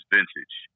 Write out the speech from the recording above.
Vintage